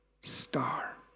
star